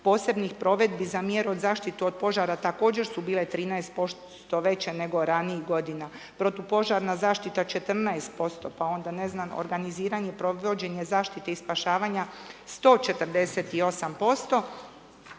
posebnih provedbi za mjeru od zaštitu od požara također su bile 13% veće nego ranijih godina, protupožarna zaštita 14%, pa onda ne znam organiziranje provođenja zaštite i spašavanja 148%,